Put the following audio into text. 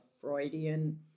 Freudian